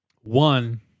One